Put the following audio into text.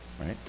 right